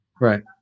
Right